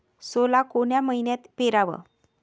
सोला कोन्या मइन्यात पेराव?